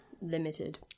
limited